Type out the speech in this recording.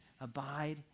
abide